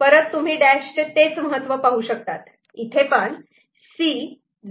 परत तुम्ही डॅश चे तेच महत्त्व पाहू शकतात इथे पण C